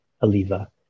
Aliva